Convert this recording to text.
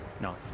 no